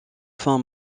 fin